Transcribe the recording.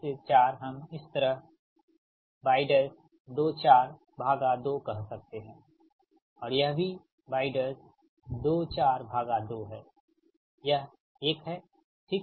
2 से 4 हम इस तरह y242 कह सकते हैं और यह भी y242 हैयह 1 है ठीक